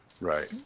Right